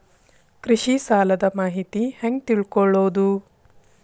ಕೃಷಿ ಸಾಲದ ಮಾಹಿತಿ ಹೆಂಗ್ ತಿಳ್ಕೊಳ್ಳೋದು?